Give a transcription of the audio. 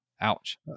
ouch